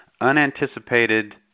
unanticipated